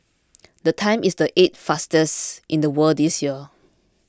the time is the eighth fastest in the world this year